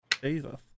Jesus